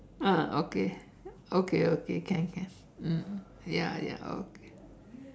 ah okay okay okay can can mm ya ya okay